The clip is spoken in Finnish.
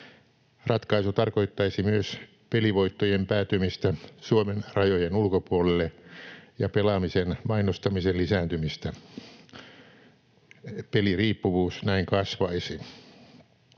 Ratkaisu tarkoittaisi myös pelivoittojen päätymistä Suomen rajojen ulkopuolelle ja pelaamisen mainostamisen lisääntymistä — peliriippuvuus näin kasvaisi.